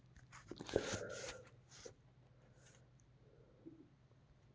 bank balance ನೋಡಾಕ ಬ್ಯಾಂಕಿಗೆ ಹೋಗ್ಬೇಕಂತೆನ್ ಇಲ್ಲ ಈಗ